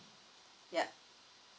yeah